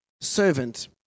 Servant